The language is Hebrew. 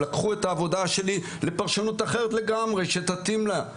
לקחו את העבודה שלי לפרשנות אחרת לגמרי שתתאים לה,